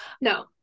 No